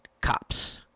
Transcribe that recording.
Cops